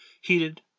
heated